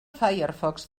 firefox